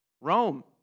Rome